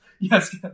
Yes